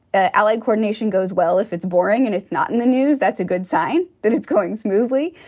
ah allied coordination goes well if it's boring and it's not in the news. that's a good sign that it's going smoothly.